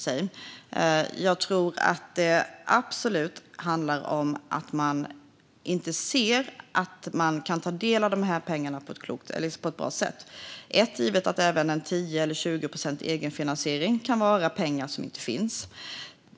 Kanske kan man inte ta del av detta eftersom en egenfinansiering om 10-20 procent kan vara svår att klara.